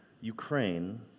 Ukraine